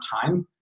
time